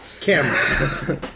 Camera